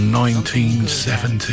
1970